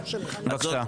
בבקשה.